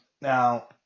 Now